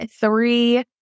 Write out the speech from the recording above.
three